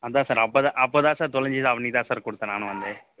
அதான் சார் அப்போதான் அப்போதான் சார் தொலைஞ்சிது அன்னைக்கிதான் சார் கொடுத்தேன் நானும் வந்து